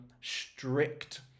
strict